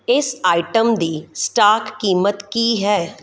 ਇਸ ਆਈਟਮ ਦੀ ਸਟਾਕ ਕੀਮਤ ਕੀ ਹੈ